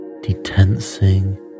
detensing